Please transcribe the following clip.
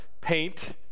paint